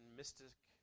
mystic